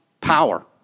power